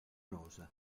rosa